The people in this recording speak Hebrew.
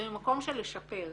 זה ממקום של לשפר,